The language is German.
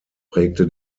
prägte